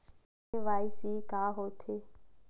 KYC का होथे?